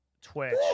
Twitch